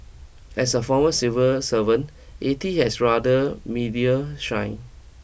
as a former civil servant A T has rather media shy